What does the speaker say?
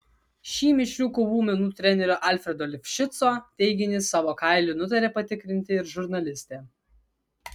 šį mišrių kovų menų trenerio alfredo lifšico teiginį savo kailiu nutarė patikrinti ir žurnalistė